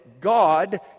God